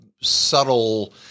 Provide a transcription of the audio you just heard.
subtle –